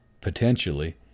potentially